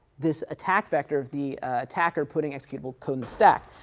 this attack vector of the attacker putting executable code in the stack.